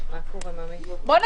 אז תחזיר אותם באותו